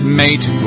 mate